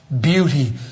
beauty